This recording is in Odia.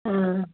ହଁ